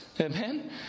amen